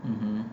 mmhmm